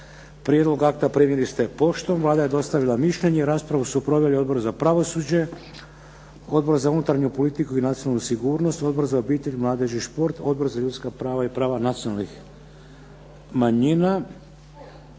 Prijedlog akta primili ste poštom. Vlada je dostavila mišljenje. Raspravu su proveli Odbor za pravosuđe, Odbor za unutarnju politiku i nacionalnu sigurnost, Odbor za obitelj, mladež i šport, Odbor za ljudska prava i prava nacionalnih manjina.